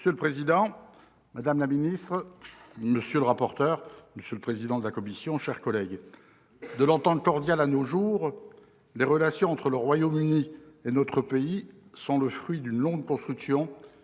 Monsieur le président, madame la ministre, monsieur le rapporteur, mes chers collègues, de l'Entente cordiale nos jours, les relations entre le Royaume-Uni et notre pays sont le fruit d'une longue construction